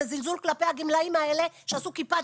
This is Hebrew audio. זה זלזול כלפי הגמלאים האלה שעשו כיפת